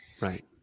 Right